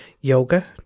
yoga